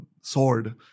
sword